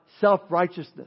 self-righteousness